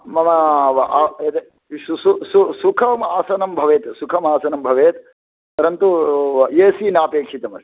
मम सु सु सुखम् आसनं भवेत् सुखमासनं भवेत् परन्तु ए सि नापेक्षितमस्ति